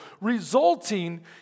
resulting